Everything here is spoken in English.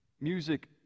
music